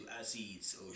Aziz